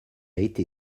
été